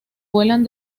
vuelan